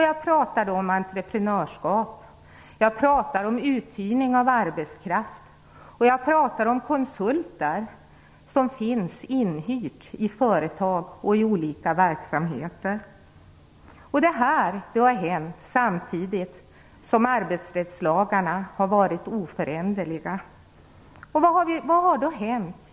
Jag pratar då om entreprenörsskap, uthyrning av arbetskraft och konsulter som finns inhyrda i företag och olika verksamheter. Detta har hänt samtidigt som arbetsrättslagarna har varit oförändrade. Vad har då hänt.